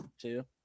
Two